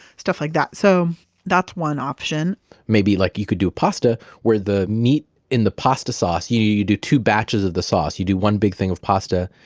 stuff like that, so that's one option maybe like you could do a pasta where the meat in the pasta sauce you you do two batches of the sauce. you do one big thing of pasta,